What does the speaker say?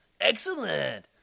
excellent